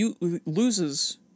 loses